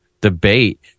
debate